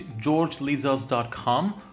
georgelizos.com